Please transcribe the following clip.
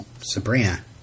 Sabrina